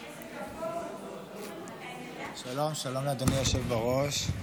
שלום, אדוני היושב-ראש.